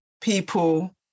people